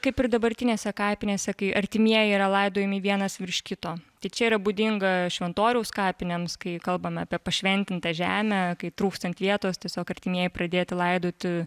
kaip ir dabartinėse kapinėse kai artimieji yra laidojami vienas virš kito tai čia yra būdinga šventoriaus kapinėms kai kalbame apie pašventintą žemę kai trūkstant vietos tiesiog artimieji pradėti laidoti